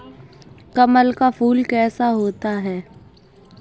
कमल का फूल कैसा होता है?